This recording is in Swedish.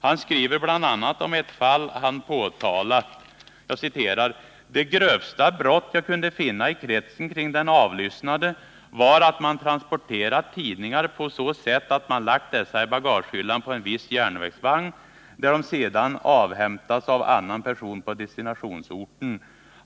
Han skriver bl.a. om ett fall han påtalat: ”Det grövsta brott jag kunde finna i kretsen kring de avlyssnade var att man transporterat tidningar på så sätt att man lagt dessa i bagagehyllan på en viss järnvägsvagn, där de sedan avhämtats av en annan person på destinationsorten.